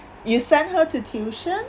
you sent her to tuition